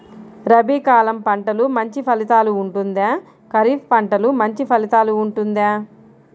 రబీ కాలం పంటలు మంచి ఫలితాలు ఉంటుందా? ఖరీఫ్ పంటలు మంచి ఫలితాలు ఉంటుందా?